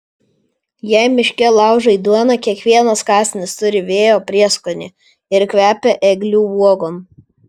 jei miške laužai duoną kiekvienas kąsnis turi vėjo prieskonį ir kvepia ėglių uogom